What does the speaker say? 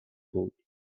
بود